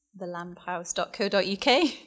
thelamphouse.co.uk